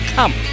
Come